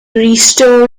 restore